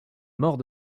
mort